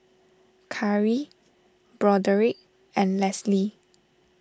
Khari Broderick and Leslee